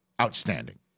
outstanding